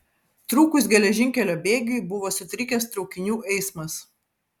trūkus geležinkelio bėgiui buvo sutrikęs traukinių eismas